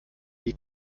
die